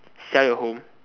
sell your home